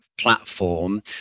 Platform